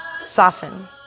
soften